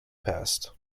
passed